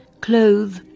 clothe